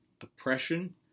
oppression